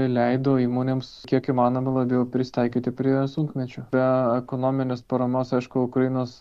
leido įmonėms kiek įmanoma labiau prisitaikyti prie sunkmečių be ekonominės paramos aišku ukrainos